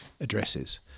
addresses